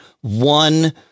one